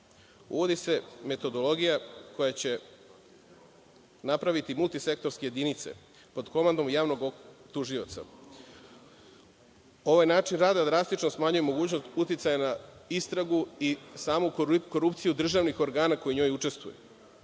se metodologija koja će napraviti multisektorske jedinice pod komandom javnog tužioca. Ovaj način rada drastično smanjuje mogućnost uticaja na istragu i samu korupciju državnih organa koji u njoj učestvuju.